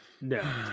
No